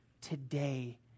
today